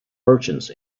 merchants